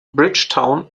bridgetown